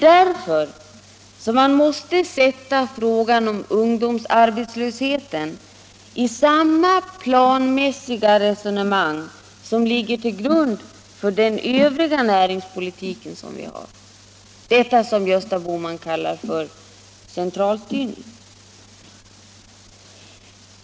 Därför måste man sätta frågan om ungdomsarbetslösheten i samma planmässiga resonemang som ligger till grund för den övriga näringspolitiken — detta som Gösta Bohman kallar för centralstyrning.